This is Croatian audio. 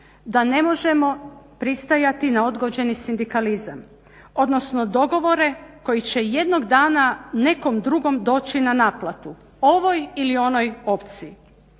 da ne možemo pristajati na odgođeni sindikalizam. Odnosno dogovore koji će jednog dana nekom drugom doći na naplatu, ovoj ili onoj opciji,